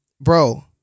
bro